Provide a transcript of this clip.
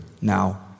now